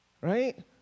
right